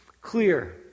clear